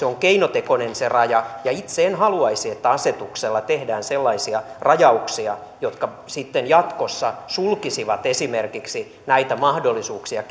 on keinotekoinen ja itse en haluaisi että asetuksella tehdään sellaisia rajauksia jotka sitten jatkossa sulkisivat esimerkiksi näitä mahdollisuuksia